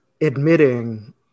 admitting